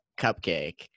cupcake